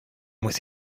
muss